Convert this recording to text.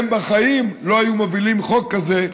הם בחיים לא היו מובילים חוק כזה,